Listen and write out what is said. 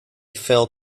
fell